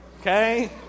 okay